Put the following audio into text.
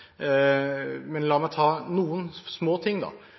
Men la meg ta